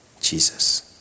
Jesus